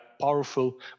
powerful